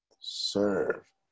Serve